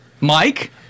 Mike